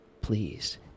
please